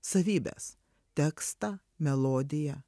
savybes tekstą melodiją